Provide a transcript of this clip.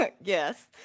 yes